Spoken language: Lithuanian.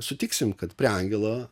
sutiksim kad prie angelo